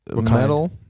metal